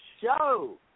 show